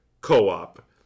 co-op